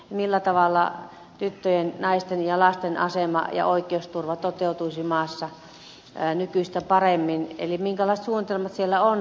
millä tavalla tyttöjen naisten ja lasten asema ja oikeusturva toteutuisi maassa nykyistä paremmin eli minkälaiset suunnitelmat siitä on